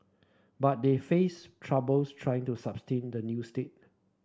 but they face troubles trying to sustain the new state